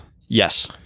yes